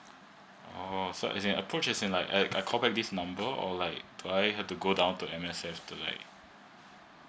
oo so as approached is in like i call back this number or like do I have to go down to M_S_F to like